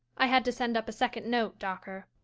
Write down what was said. i had to send up a second note, dawker.